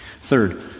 Third